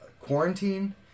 Quarantine